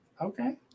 Okay